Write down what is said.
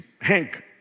Hank